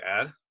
add